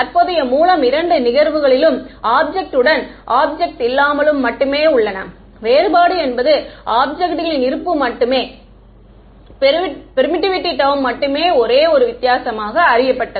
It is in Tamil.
தற்போதைய மூலம் இரண்டு நிகழ்வுகளிலும் ஆப்ஜெக்ட் உடன் ஆப்ஜெக்ட் இல்லாமல் மட்டுமே உள்ளன வேறுபாடு என்பது ஆப்ஜெக்ட்களின் இருப்பு மட்டுமே பெர்மிட்டிவிட்டி டேர்ம் மட்டுமே ஒரே ஒரு வித்தியாசமாக அறியப்பட்டது